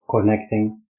connecting